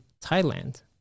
Thailand